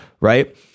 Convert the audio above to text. right